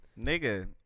Nigga